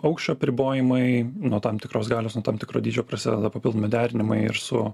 aukščio apribojimai nuo tam tikros galios nuo tam tikro dydžio prasideda papildomi derinimai ir su